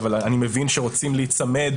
אבל אני מבין שרוצים להיצמד